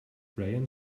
rayen